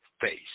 face